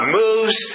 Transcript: moves